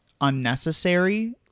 unnecessary